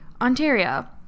Ontario